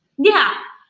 yeah,